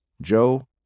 Joe